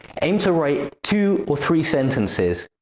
aim to write two three sentences,